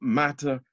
matter